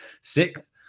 sixth